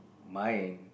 mine